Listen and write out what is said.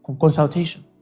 Consultation